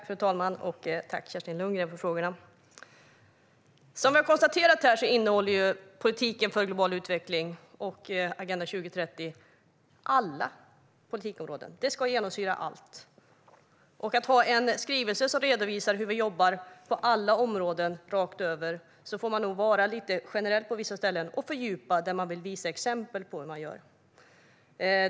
Fru talman! Tack, Kerstin Lundgren, för frågorna! Som vi har konstaterat här innehåller politiken för global utveckling och Agenda 2030 alla politikområden och ska genomsyra allt. I en skrivelse som ska redovisa hur vi jobbar på alla områden rakt över får man nog vara lite generell på vissa ställen och fördjupa där man vill visa exempel på hur man gör.